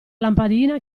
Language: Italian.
lampadina